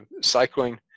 cycling